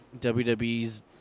WWE's